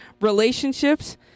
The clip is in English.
relationships